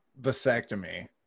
Vasectomy